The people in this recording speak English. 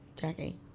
Jackie